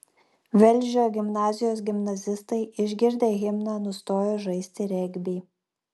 velžio gimnazijos gimnazistai išgirdę himną nustojo žaisti regbį